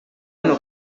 hino